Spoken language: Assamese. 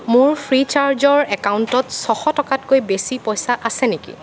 মোৰ ফ্ৰী চাৰ্জৰ একাউণ্টত ছয়শ টকাতকৈ বেছি পইচা আছে নেকি